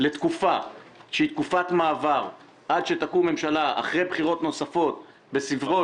לתקופת מעבר עד שתקום ממשלה אחרי בחירות נוספות בסביבות